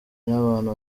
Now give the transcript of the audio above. n’abantu